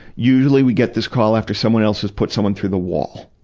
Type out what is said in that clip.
usually we get this call after someone else has put someone through the wall.